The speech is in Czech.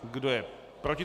Kdo je proti?